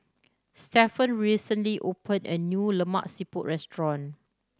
Stephen recently opened a new Lemak Siput restaurant